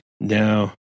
No